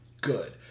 Good